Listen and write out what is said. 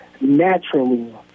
naturally